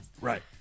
Right